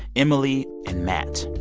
emily and matt.